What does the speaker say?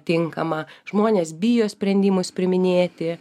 tinkamą žmonės bijo sprendimus priiminėti